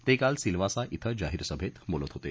ते काल सिल्वासा बें जाहीर सभेत बोलत होते